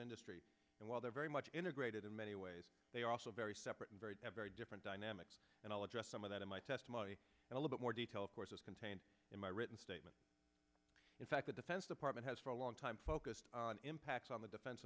industry and while they're very much integrated in many ways they are also very separate and very very different dynamics and i'll address some of that in my testimony and a little more detail of course is contained in my written statement in fact the defense department has for a long time focused on impacts on the defen